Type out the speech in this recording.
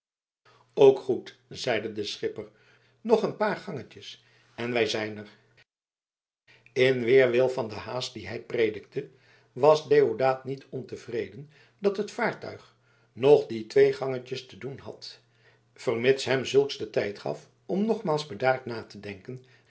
ook goed zeide de schipper nog een paar gangetjes en wij zijn er in weerwil van de haast die hij predikte was deodaat niet ontevreden dat het vaartuig nog die twee gangetjes te doen had vermits hem zulks den tijd gaf om nogmaals bedaard na te denken